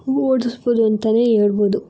ಓಡಿಸ್ಬೋದು ಅಂತಲೇ ಹೇಳ್ಬೋದು